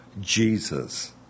Jesus